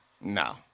No